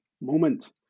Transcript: Moment